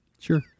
sure